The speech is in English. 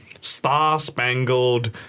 star-spangled